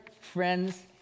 friends